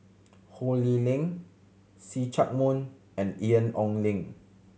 Ho Lee Ling See Chak Mun and Ian Ong Li